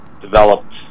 developed